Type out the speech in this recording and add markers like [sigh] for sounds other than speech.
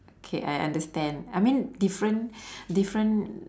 K I understand I mean different [breath] different